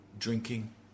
Drinking